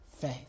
faith